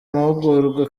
mahugurwa